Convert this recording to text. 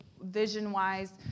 vision-wise